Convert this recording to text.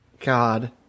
God